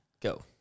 Go